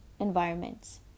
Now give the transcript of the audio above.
environments